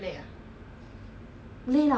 then I was like 真的吗你要跟我跑